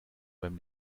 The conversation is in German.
beim